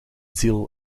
ziel